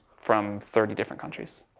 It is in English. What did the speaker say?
from thirty different countries.